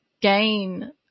gain